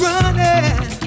Running